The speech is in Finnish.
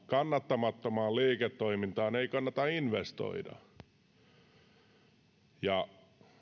kannattamattomaan liiketoimintaan ei kannata investoida ja